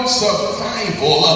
survival